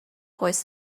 hoist